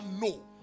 no